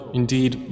indeed